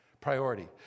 Priority